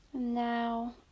Now